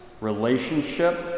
Relationship